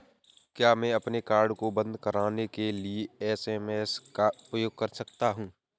क्या मैं अपने कार्ड को बंद कराने के लिए एस.एम.एस का उपयोग कर सकता हूँ?